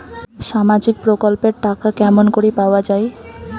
সামাজিক প্রকল্পের টাকা কেমন করি পাওয়া যায়?